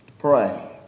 Pray